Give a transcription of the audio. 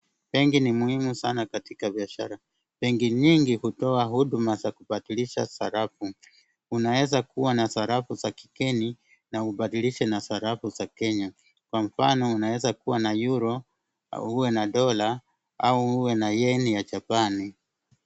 Benki ni muhimu sana katika biashara. Benki nyingi hutoa huduma za kubadirisha sarafu. Unaeza kuwa na sarafu za kigeni na ubadilishe na sarafu za Kenya, kwa mfano unaeza kuwa na euro, uwe na dola au uwe na yeni ya Japani.